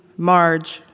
marge,